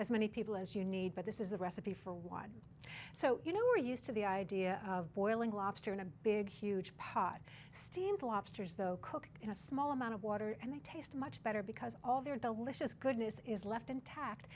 as many people as you need but this is a recipe for one so you know we're used to the idea of boiling lobster in a big huge pot steamed lobsters though cook in a small amount of water and they taste much better because all their delicious goodness is left intact